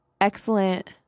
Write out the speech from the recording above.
Excellent